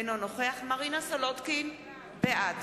אינו נוכח מרינה סולודקין, בעד